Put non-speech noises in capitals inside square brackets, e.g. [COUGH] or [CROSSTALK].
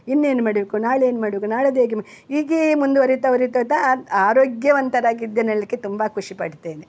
ಇನ್ನೇನು ಮಾಡಬೇಕು ನಾಳೆ ಏನು ಮಾಡಬೇಕು ನಾಳಿದ್ ಹೇಗೆ ಮ ಹೀಗೇ ಮುಂದುವರೀತ ವರಿತ [UNINTELLIGIBLE] ಆರೋಗ್ಯವಂತರಾಗಿದ್ದೇನೆ ಹೇಳ್ಲಿಕ್ಕೆ ತುಂಬ ಖುಷಿಪಡ್ತೇನೆ